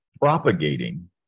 propagating